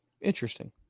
Interesting